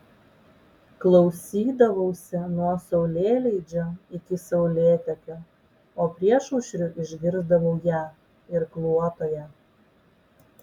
klausydavausi nuo saulėleidžio iki saulėtekio o priešaušriu išgirsdavau ją irkluotoją